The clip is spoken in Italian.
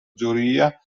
giuria